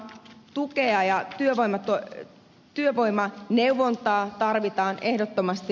tukea ja työvoimaneuvontaa tarvitaan ehdottomasti lisää